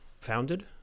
Founded